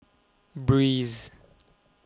Breeze